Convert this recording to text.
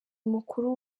mukuru